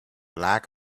like